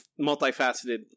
multifaceted